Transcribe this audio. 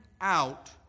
out